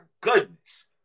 goodness